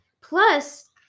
Plus